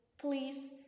please